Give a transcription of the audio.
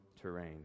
terrain